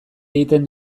egiten